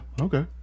Okay